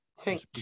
thank